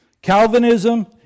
Calvinism